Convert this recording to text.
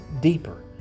deeper